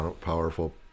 powerful